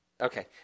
Okay